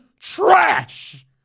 trash